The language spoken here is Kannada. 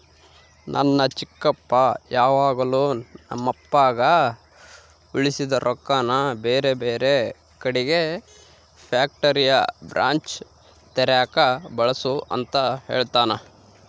ನನ್ನ ಚಿಕ್ಕಪ್ಪ ಯಾವಾಗಲು ನಮ್ಮಪ್ಪಗ ಉಳಿಸಿದ ರೊಕ್ಕನ ಬೇರೆಬೇರೆ ಕಡಿಗೆ ಫ್ಯಾಕ್ಟರಿಯ ಬ್ರಾಂಚ್ ತೆರೆಕ ಬಳಸು ಅಂತ ಹೇಳ್ತಾನಾ